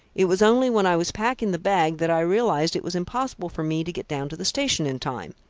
it was only when i was packing the bag that i realised it was impossible for me to get down to the station in time.